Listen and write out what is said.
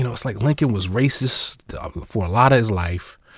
you know it's like, lincoln was racist for a lot of his life.